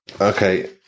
Okay